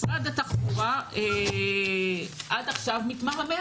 משרד התחבורה עד עכשיו מתמהמה.